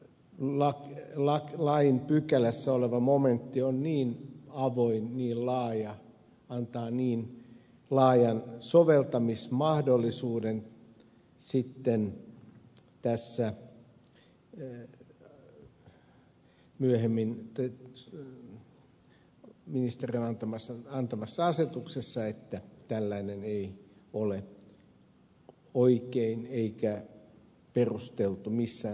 mielestäni tämän tyyppinen lain pykälässä oleva momentti on niin avoin niin laaja antaa niin laajan soveltamismahdollisuuden sitten tässä myöhemmin ministerin antamassa asetuksessa että tällainen ei ole oikein eikä perusteltu missään tapauksessa